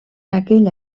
aquella